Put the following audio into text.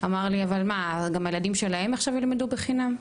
אבל מה גם הילדים שלהם עכשיו ילמדו בחינם?